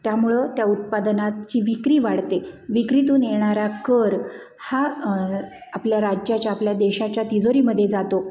त्यामुळं त्या उत्पादनाची विक्री वाढते विक्रीतून येणारा कर हा आपल्या राज्याच्या आपल्या देशाच्या तिजोरीमध्ये जातो